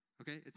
Okay